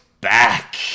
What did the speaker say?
back